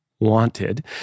wanted